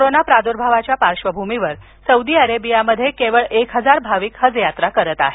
corona प्रादुर्भावाच्या पार्श्वभूमीवर Saudi अरेबियामध्ये केवळ एक हजार भाविक हज यात्रा करत आहेत